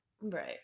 Right